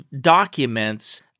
documents